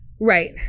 Right